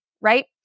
right